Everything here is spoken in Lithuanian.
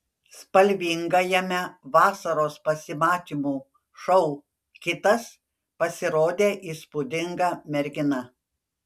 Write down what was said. spalvingajame vasaros pasimatymų šou kitas pasirodė įspūdinga mergina